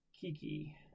Kiki